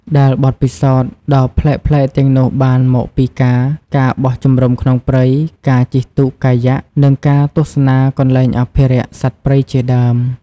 ដែលបទពិសោធន៍ដ៏ប្លែកៗទាំងនោះបានមកពីការ ការបោះជំរុំក្នុងព្រៃ ការជិះទូកកាយ៉ាក់ និងការទស្សនាកន្លែងអភិរក្សសត្វព្រៃជាដើម។